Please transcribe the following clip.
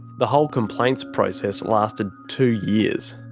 the whole complaints process lasted two years.